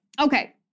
Okay